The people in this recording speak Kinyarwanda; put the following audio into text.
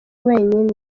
wenyine